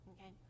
Okay